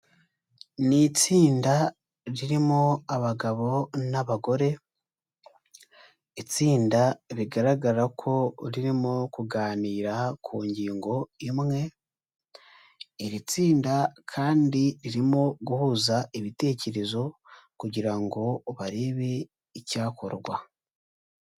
Ni itsinda ririmo abagabo n'abagore, itsinda bigaragara ko ririmo kuganira ku ngingo imwe, iri tsinda kandi ririmo guhuza ibitekerezo kugira ngo barebe icyakorwa.